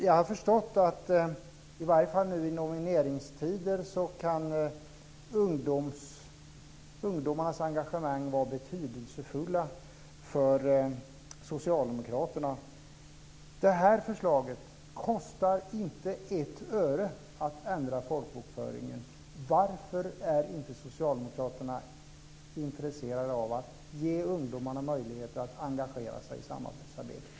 Jag har förstått att i varje fall nu i nomineringstider kan ungdomarnas engagemang vara betydelsefullt för Socialdemokraterna. Förslaget att ändra folkbokföringen kostar inte ett öre. Varför är inte Socialdemokraterna intresserade av att ge ungdomarna möjligheter att engagera sig i samhällsarbetet?